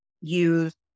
use